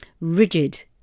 rigid